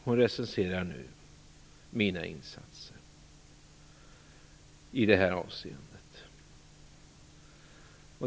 Hon recenserar mina insatser i det här avseendet.